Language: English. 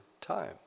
time